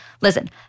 listen